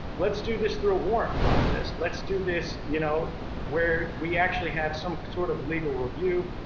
let's do this through a warrant process, let's do this you know where we actually have some sort of legal review,